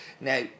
now